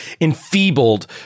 enfeebled